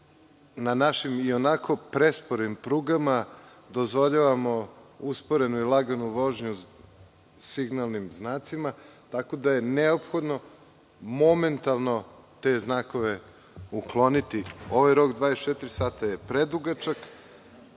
na našim ionako presporim prugama dozvoljavamo usporenu i laganu vožnju signalnim znacima, tako da je neophodno momentalno te znakove ukloniti. Ovaj rok od 24 sata je predugačak.